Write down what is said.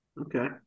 Okay